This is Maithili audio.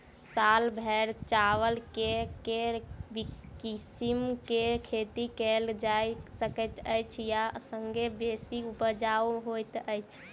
साल भैर चावल केँ के किसिम केँ खेती कैल जाय सकैत अछि आ संगे बेसी उपजाउ होइत अछि?